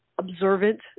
observant